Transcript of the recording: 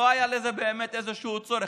לא היה לזה באמת איזשהו צורך.